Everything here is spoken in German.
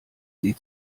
sie